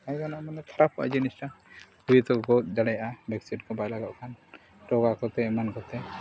ᱵᱟᱭ ᱜᱟᱱᱚᱜᱼᱟ ᱢᱟᱱᱮ ᱠᱷᱟᱨᱟᱯᱚᱜᱼᱟ ᱡᱤᱱᱤᱥᱴᱟ ᱡᱚᱛᱚ ᱠᱚ ᱜᱚᱡ ᱫᱟᱲᱮᱭᱟᱜᱼᱟ ᱵᱷᱮᱠᱥᱤᱱ ᱠᱚ ᱵᱟᱭ ᱞᱟᱜᱟᱜ ᱠᱷᱟᱱ ᱨᱳᱜᱽ ᱠᱚᱛᱮ ᱮᱢᱟᱱ ᱠᱚᱛᱮ